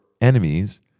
enemies